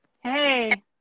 Hey